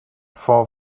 far